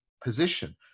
position